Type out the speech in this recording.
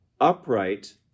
upright